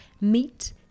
meat